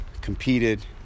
competed